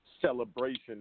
celebration